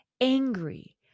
angry